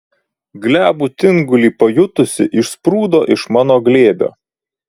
glebų tingulį pajutusi išsprūdo iš mano glėbio